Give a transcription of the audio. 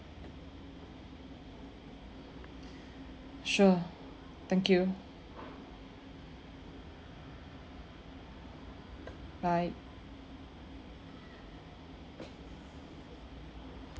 sure thank you bye